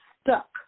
stuck